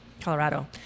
Colorado